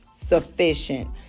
sufficient